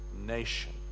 nation